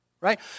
right